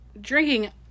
drinking